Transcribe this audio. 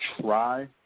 try